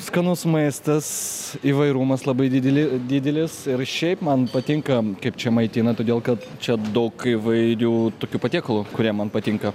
skanus maistas įvairumas labai dideli didelis ir šiaip man patinka kaip čia maitina todėl kad čia daug įvairių tokių patiekalų kurie man patinka